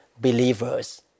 believers